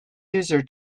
user